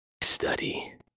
study